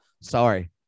Sorry